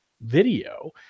video